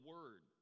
Word